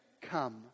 come